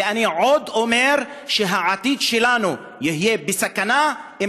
ואני עוד אומר שהעתיד שלנו יהיה בסכנה אם